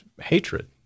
hatred